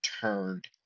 turned